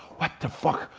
what the fuck?